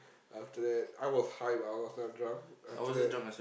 after that I was high but I was not drunk after that